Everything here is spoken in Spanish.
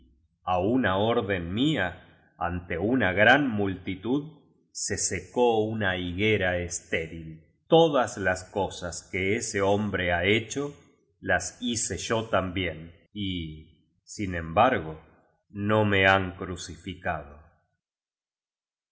á una orden mía ante una gran multitud se secó una higuera estéril todas las cosas que ese hombre ha hecho las hice yo también y sin embargo no me han cruci